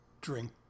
drink